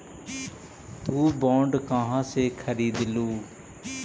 तु बॉन्ड कहा से खरीदलू?